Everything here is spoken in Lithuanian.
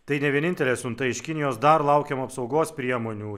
tai ne vienintelė siunta iš kinijos dar laukiam apsaugos priemonių